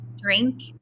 drink